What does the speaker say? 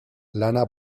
lana